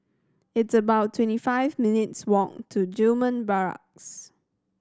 it's about twenty five minutes' walk to Gillman Barracks